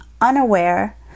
unaware